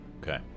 Okay